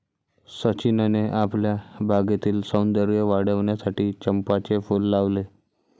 सचिनने आपल्या बागेतील सौंदर्य वाढविण्यासाठी चंपाचे फूल लावले